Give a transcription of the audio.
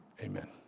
Amen